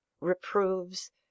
reproves